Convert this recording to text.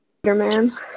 Spider-Man